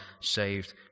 saved